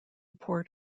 port